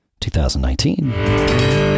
2019